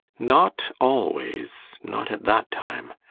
not always not at that time!